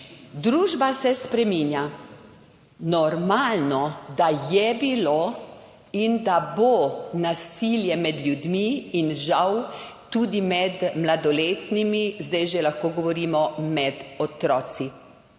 Družba se spreminja. Normalno, da je bilo in da bo nasilje med ljudmi in žal tudi med mladoletnimi, zdaj že lahko govorimo med otroki.